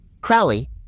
Crowley